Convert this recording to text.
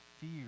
fear